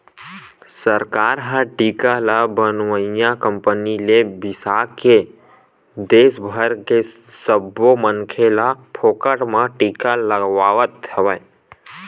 सरकार ह टीका ल बनइया कंपनी ले बिसाके के देस भर के सब्बो मनखे ल फोकट म टीका लगवावत हवय